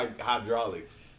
hydraulics